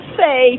say